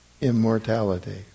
immortality